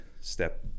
step